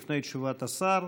לפני תשובת השר.